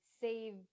save